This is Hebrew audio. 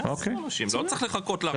לא צריך לחכות להכשרה.